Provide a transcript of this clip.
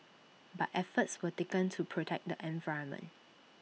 but efforts were taken to protect the environment